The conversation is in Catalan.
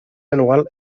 anual